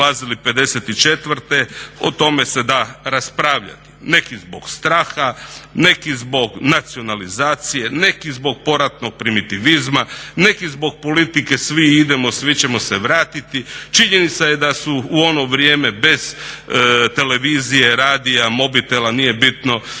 o tome se da raspravljati. Neki zbog straha, neki zbog nacionalizacije, neki zbog poratnog primitivizma, neki zbog politike svi idemo, svi ćemo se vratiti. Činjenica je da su ono vrijeme bez televizije, radija, mobitela, nije bitno